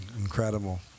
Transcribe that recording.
incredible